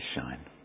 shine